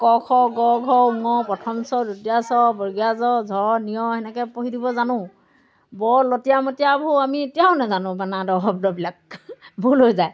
ক খ গ ঘ ঙ চ ছ জ ঝ ঞ সেনেকৈ পঢ়ি দিব জানোঁ বৰ লতিয়া মতিয়াবোৰ আমি এতিয়াও নাজানো বানানৰ শব্দবিলাক ভুল হৈ যায়